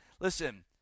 Listen